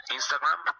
Instagram